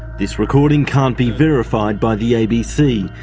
this recording can't be verified by the abc,